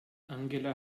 angela